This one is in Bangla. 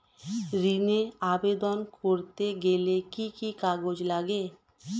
ঋণের আবেদন করতে গেলে কি কি কাগজ লাগে?